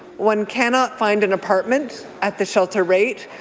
one cannot find an apartment at the shelter rate.